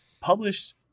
published